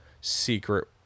Secret